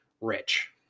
rich